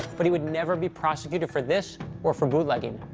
but he would never be prosecuted for this or for bootlegging.